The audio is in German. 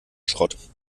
schrott